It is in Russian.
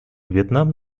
вьетнам